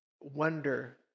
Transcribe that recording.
wonder